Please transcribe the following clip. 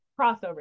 crossover